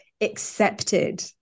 accepted